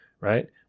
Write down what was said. right